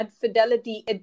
fidelity